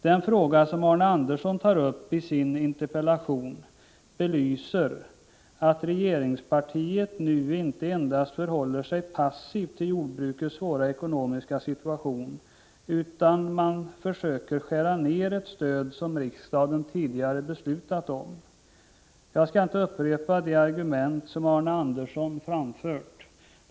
Den fråga som Arne Andersson i Ljung tar upp i sin interpellation belyser att regeringspartiet nu inte endast förhåller sig passivt till jordbrukets svåra ekonomiska situation utan också försöker skära ned det stöd som riksdagen tidigare beslutat om. Jag skall inte upprepa de argument som Arne Andersson framfört.